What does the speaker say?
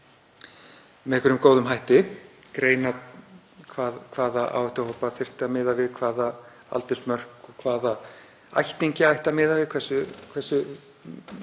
með einhverjum góðum hætti, greina hvaða áhættuhópa þyrfti að miða við, hvaða aldursmörk, hvaða ættingja ætti að miða við, hversu